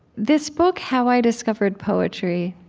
this book, how i discovered poetry,